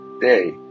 day